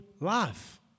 life